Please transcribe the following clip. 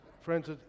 friends